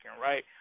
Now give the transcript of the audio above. right